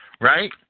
Right